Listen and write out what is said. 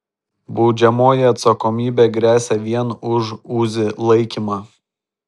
baudžiamoji atsakomybė gresia vien už uzi laikymą